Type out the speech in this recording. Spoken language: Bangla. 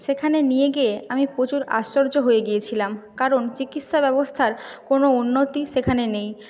সেখানে নিয়ে গিয়ে আমি প্রচুর আশ্চর্য হয়ে গিয়েছিলাম কারণ চিকিৎসা ব্যবস্থার কোনও উন্নতি সেখানে নেই